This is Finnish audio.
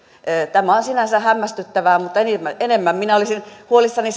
tämä on sinänsä hämmästyttävää mutta enemmän minä olisin huolissani